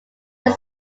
that